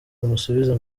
bamusubiza